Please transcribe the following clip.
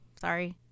sorry